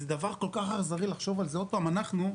זה דבר כל-כך אכזרי לחשוב עליו אנחנו,